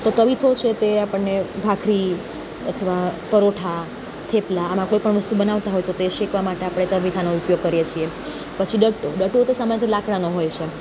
તો તવિથો છે તે આપણને ભાખરી અથવા પરોઠા થેપલા આમાં કોઈ પણ વસ્તુ બનાવતા હોય તો તે શેકવા માટે તવિથાનો ઉપયોગ કરીએ છીએ પછી ડટ્ટો ડટ્ટો તો સામાન્ય રીતે લાકડાનો હોય છે